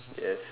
yes